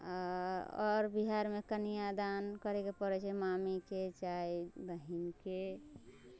आओर बिहारमे कन्यादान करैके पड़ै छै मामीके चाहे बहिनके